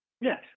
Yes